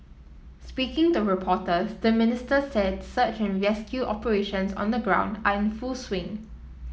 speaking to reporters the Minister said search and rescue operations on the ground are in full swing